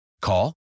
call